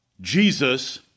Jesus